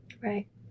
Right